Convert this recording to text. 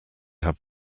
had